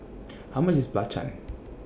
How much IS Belacan